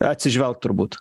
atsižvelgt turbūt